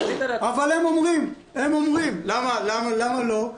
אבל הם אומרים: למה לא?